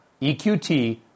EQT